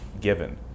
given